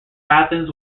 athens